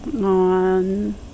on